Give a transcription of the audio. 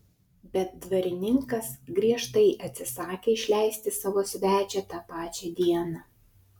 bet dvarininkas griežtai atsisakė išleisti savo svečią tą pačią dieną